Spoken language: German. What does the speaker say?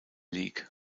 league